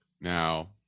Now